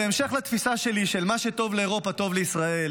בהמשך לתפיסה שלי שמה שטוב לאירופה טוב לישראל,